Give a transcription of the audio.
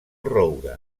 roure